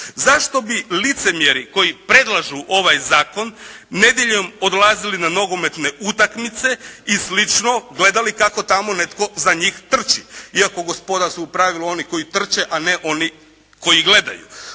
Zašto bi licemjeri koji predlažu ovaj zakon nedjeljom odlazili na nogometne utakmice i slično, gledali kako tamo za njih netko trči iako gospoda su u pravilu oni koji trče a oni koji ih gledaju.